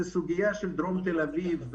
הסוגיה של דרום תל אביב,